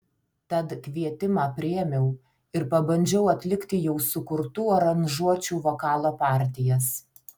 tad kvietimą priėmiau ir pabandžiau atlikti jau sukurtų aranžuočių vokalo partijas